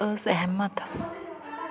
ਅਸਹਿਮਤ